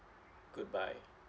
goodbye